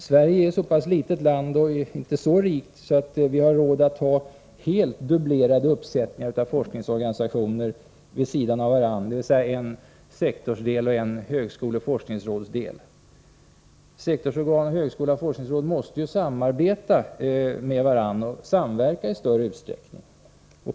Sverige är ett så pass litet land och är inte så rikt att man har råd med helt dubblerade uppsättningar av forskningsorganisationer vid sidan av varandra, dvs. en sektorsdel och en högskole forskningsråd måste ju samarbeta och samverka i större utsträckning.